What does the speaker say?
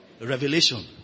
revelation